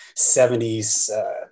70s